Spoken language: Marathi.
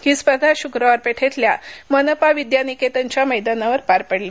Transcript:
ही स्पर्धा शुक्रवार पेठेतल्या मनपा विद्यानिकेतनच्या मैदानावर पार पडली